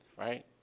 right